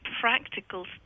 practical